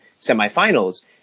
semifinals